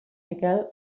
miquel